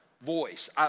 voice